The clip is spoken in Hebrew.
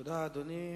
תודה, אדוני.